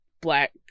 black